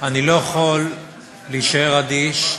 אני לא יכול להישאר אדיש,